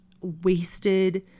wasted